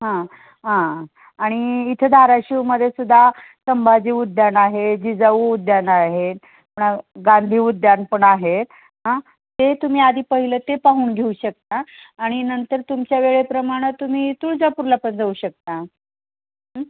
हां हां आणि इथे धाराशीवमध्ये सुद्धा संभाजी उद्यान आहे जिजाऊ उद्यान आहे पुन्हा गांधी उद्यान पण आहेत हां ते तुम्ही आधी पहिलं ते पाहून घेऊ शकता आणि नंतर तुमच्या वेळेप्रमाणं तुम्ही तुळजापूरला पण जाऊ शकता